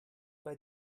bei